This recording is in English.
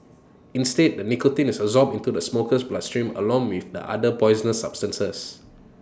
instead the nicotine is absorbed into the smoker's bloodstream along with the other poisonous substances